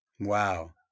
Wow